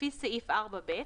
לפי סעיף 4ב,